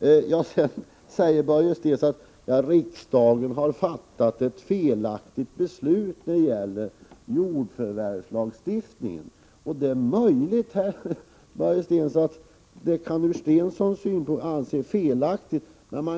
Sedan sade Börje Stensson att riksdagen har fattat ett felaktigt beslut när det gäller jordförvärvslagstiftningen. Det är möjligt att beslutet ur Börje Stenssons synpunkt kan anses felaktigt, men när